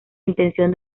intención